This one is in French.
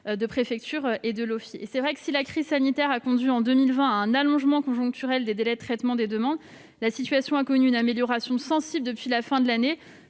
de l'immigration et de l'intégration (OFII). Si la crise sanitaire a conduit, en 2020, à un allongement conjoncturel des délais de traitement des demandes, la situation a connu une amélioration sensible depuis la fin de l'année.